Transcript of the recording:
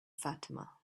fatima